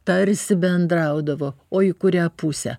tarsi bendraudavo o į kurią pusę